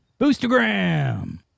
Boostergram